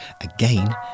again